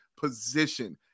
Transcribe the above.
position